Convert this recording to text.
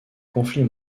conflit